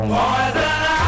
Poison